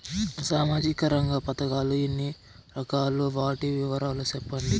సామాజిక రంగ పథకాలు ఎన్ని రకాలు? వాటి వివరాలు సెప్పండి